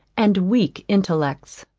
and weak intellects.